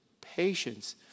patience